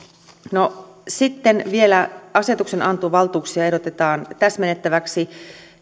sitten vielä asetuksenantovaltuuksia ehdotetaan täsmennettäväksi